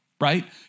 right